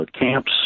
camps